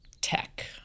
tech